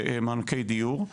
במענקי דיור.